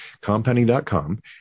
compounding.com